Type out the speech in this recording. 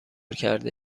کرده